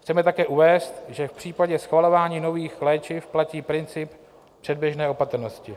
Chceme také uvést, že v případě schvalování nových léčiv platí princip předběžné opatrnosti.